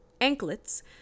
anklets